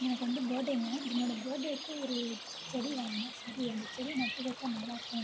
எனக்கு வந்து பர்டேங்க என்னோடய பர்டேக்கு ஒரு செடி வாங்கினேன் சரி அந்த செடியை நட்டு வச்சால் நல்லாருக்கும்